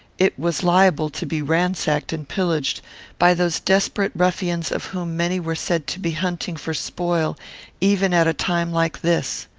it was liable to be ransacked and pillaged by those desperate ruffians of whom many were said to be hunting for spoil even at a time like this.